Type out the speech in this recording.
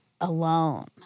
alone